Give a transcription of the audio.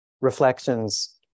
reflections